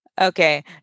Okay